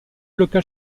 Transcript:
local